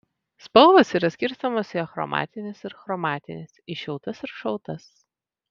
spalvos yra skirstomos į achromatines ir chromatines į šiltas ir šaltas